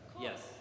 Yes